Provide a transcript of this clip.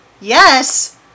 Yes